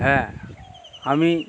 হ্যাঁ আমি